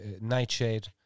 Nightshade